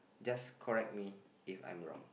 just correct me if I'm wrong